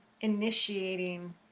initiating